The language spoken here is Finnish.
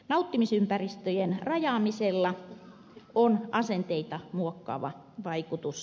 nauttimisympäristöjen rajaamisella on asenteita muokkaava vaikutus